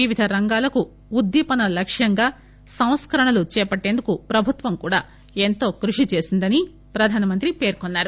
వివిధ రంగాలకు ఉద్దీపన లక్ష్యంగా సంస్కరణలు చేపట్టేందుకు ప్రభుత్వం కూడా ఎంతో కృషి చేసిందని ప్రధానమంత్రి అన్నారు